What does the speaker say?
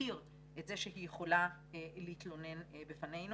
ותכיר את זה שהיא יכולה להתלונן בפנינו.